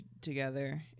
together